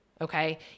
Okay